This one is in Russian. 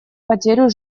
потерю